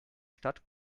stadt